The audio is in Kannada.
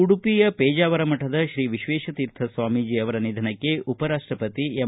ಉಡುಪಿಯ ಪೇಜಾವರ ಮಠದ್ರೀ ವಿಶ್ವೇಶತೀರ್ಥ ಸ್ವಾಮೀಜಿ ಅವರ ನಿಧನಕ್ಕೆ ಉಪರಾಷ್ಷಪತಿ ಎಂ